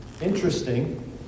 interesting